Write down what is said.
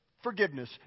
Forgiveness